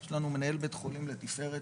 יש לנו מנהל בית חולים לתפארת,